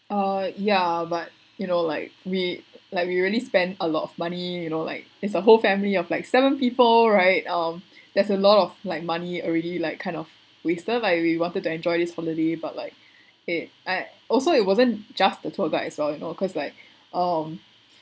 uh yeah but you know like we like we really spend a lot of money you know like it's a whole family of like seven people right um there's a lot of like money already like kind of wasted like we wanted to enjoy this holiday but like it eh also it wasn't just the tour guide as well you know cause like um